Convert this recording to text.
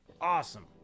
awesome